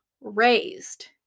raised